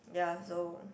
ya so